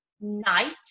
night